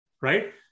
right